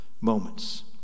moments